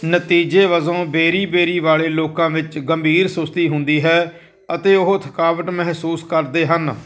ਨਤੀਜੇ ਵਜੋਂ ਬੇਰੀਬੇਰੀ ਵਾਲੇ ਲੋਕਾਂ ਵਿੱਚ ਗੰਭੀਰ ਸੁਸਤੀ ਹੁੰਦੀ ਹੈ ਅਤੇ ਉਹ ਥਕਾਵਟ ਮਹਿਸੂਸ ਕਰਦੇ ਹਨ